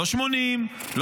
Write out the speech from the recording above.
לא 80%,